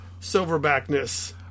silverbackness